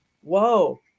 Whoa